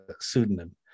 pseudonym